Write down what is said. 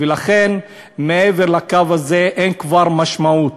ולכן מעבר לקו הזה אין כבר משמעות.